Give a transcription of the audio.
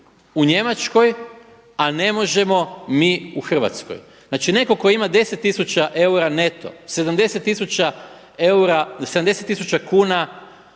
u Njemačkoj a ne možemo mi u Hrvatskoj. Znači netko tko ima 10 tisuća eura neto, 70 tisuća